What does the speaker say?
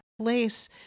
place